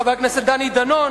חבר הכנסת דני דנון,